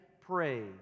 pray